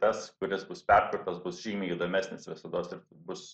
tas kuris bus perkurtas bus žymiai įdomesnis visados ir bus